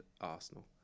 Arsenal